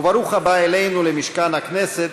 וברוך הבא אלינו למשכן הכנסת,